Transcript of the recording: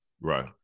Right